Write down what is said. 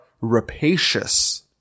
rapacious